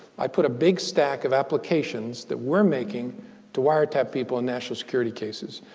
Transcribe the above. i put a big stack of applications that we're making to wiretap people in national security cases.